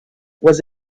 was